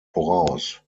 voraus